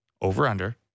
over-under